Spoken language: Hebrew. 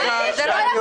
מה הקשר?